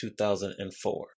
2004